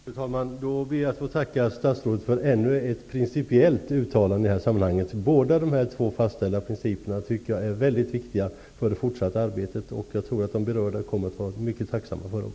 Fru talman! Jag ber att få tacka statsrådet för ännu ett principiellt uttalande i det här sammanhanget. Båda dessa nu fastställda principer tycker jag är mycket viktiga för det fortsatta arbetet, och jag tror att de som berörs av denna fråga kommer att vara mycket tacksamma över detta.